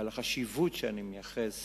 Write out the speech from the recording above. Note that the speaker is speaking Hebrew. ועל החשיבות שאני מייחס